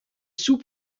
sous